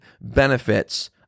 Benefits